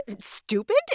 Stupid